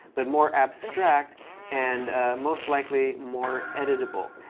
but more abstract and most likely more editable.